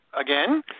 again